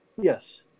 Yes